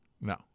No